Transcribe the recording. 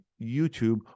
YouTube